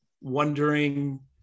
wondering